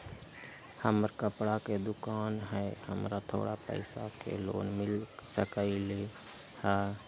हमर कपड़ा के दुकान है हमरा थोड़ा पैसा के लोन मिल सकलई ह?